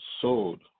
sold